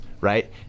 Right